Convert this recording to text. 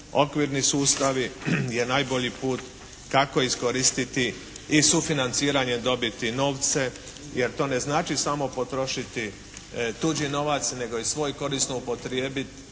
okvirni sustavi je najbolji put kako iskoristiti i sufinanciranje, dobiti novce jer to ne znači samo potrošiti tuđi novac nego i svoj korisno upotrijebiti